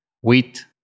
wheat